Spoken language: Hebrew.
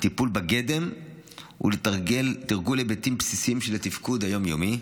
לטיפול בגדם ולתרגול היבטים בסיסיים של התפקוד היום-יומי.